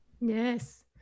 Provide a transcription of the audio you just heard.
Yes